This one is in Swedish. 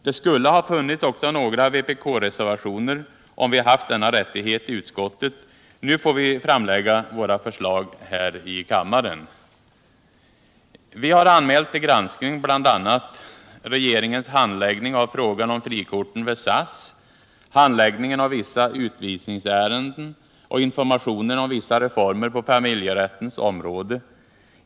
Det skulle ha funnits också några vpk-reservationer, om vi haft denna rättighet i utskottet. Nu får vi framlägga våra förslag här i kammaren. Vi har anmält till granskning bl.a. regeringens handläggning av frågan om frikorten vid SAS, handläggningen av vissa utvisningsärenden och informationen om vissa reformer på familjerättens område.